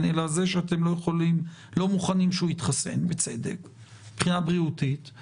אלא זה שאתם לא מוכנים שהוא יתחסן מבחינה בריאותית,